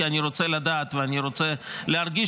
כי אני רוצה לדעת ואני רוצה להרגיש,